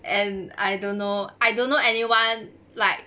and I don't know I don't know anyone like